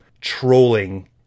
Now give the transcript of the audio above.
trolling